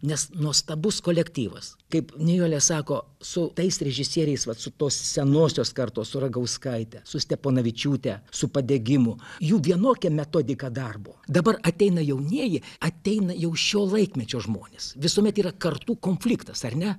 nes nuostabus kolektyvas kaip nijolė sako su tais režisieriais vat su tos senosios kartos su ragauskaite su steponavičiūte su padegimu jų vienokia metodika darbo dabar ateina jaunieji ateina jau šio laikmečio žmonės visuomet yra kartų konfliktas ar ne